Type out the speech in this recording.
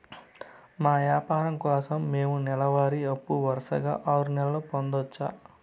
మా వ్యాపారం కోసం మేము నెల వారి అప్పు వరుసగా ఆరు నెలలు పొందొచ్చా?